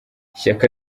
ishyaka